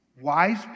wise